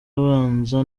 abanza